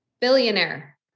billionaire